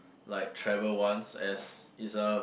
like travel once as it's a